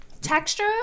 texture